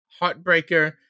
Heartbreaker